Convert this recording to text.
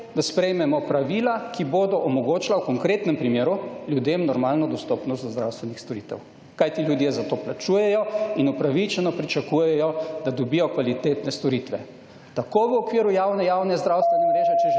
da sprejmemo pravila, ki bodo omogočila v konkretnem primeru ljudem normalno dostopnost do zdravstvenih storitev. Kajti ljudje za to plačujejo in upravičeno pričakujejo, da dobijo kvalitetne storitve. Tako v okviru javne zdravstvene mreže,